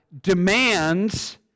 demands